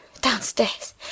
downstairs